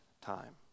time